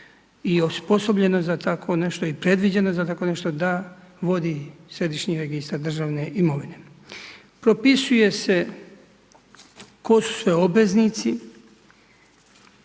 i osposobljeno za takvo nešto i predviđeno za tako nešto da vodi Središnji registar državne imovine. Propisuje se tko su sve obveznici